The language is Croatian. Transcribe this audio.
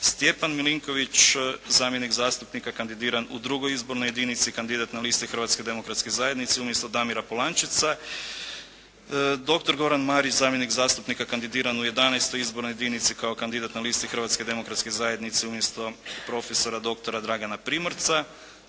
Stjepan Milinković zamjenik zastupnika kandidiran u II. izbornoj jedinici kao kandidat na listi Hrvatske demokratske zajednice umjesto Damira Polančeca, doktor Goran Marić zamjenik zastupnika kandidiran u XI. izbornoj jedinici kao kandidat na listi Hrvatske demokratske zajednice umjesto profesora doktora Dragana Primorca,